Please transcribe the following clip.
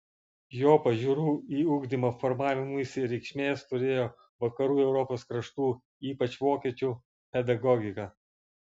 jo pažiūrų į ugdymą formavimuisi reikšmės turėjo vakarų europos kraštų ypač vokiečių pedagogika